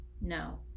No